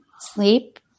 sleep